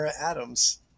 Adams